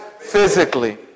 physically